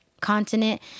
continent